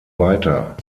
weiter